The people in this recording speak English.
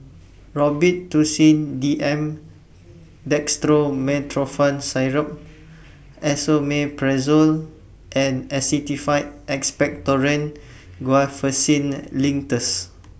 Robitussin D M Dextromethorphan Syrup Esomeprazole and Actified Expectorant Guaiphenesin Linctus